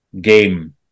game